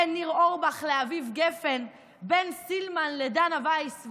בין ניר אורבך לאביב גפן, בין סילמן לדנה ויס.